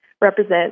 represent